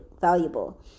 valuable